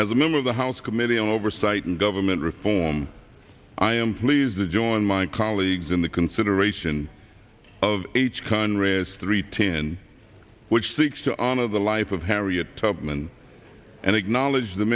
as a member of the house committee on oversight and government reform i am pleased to join my colleagues in the consideration of h conrad's three ten which seeks to honor the life of harriet tubman and acknowledge the